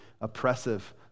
oppressive